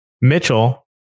Mitchell